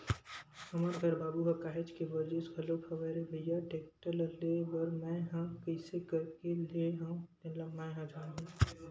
हमर घर बाबू ह काहेच के बरजिस घलोक हवय रे भइया टेक्टर ल लेय बर मैय ह कइसे करके लेय हव तेन ल मैय ह जानहूँ